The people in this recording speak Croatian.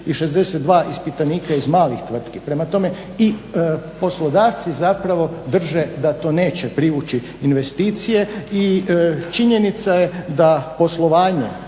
i 62 ispitanika iz malih tvrtki. Prema tome i poslodavci zapravo drže da to neće privući investicije i činjenica je da poslovanje,